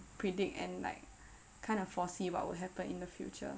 predict and like kind of foresee what would happen in the future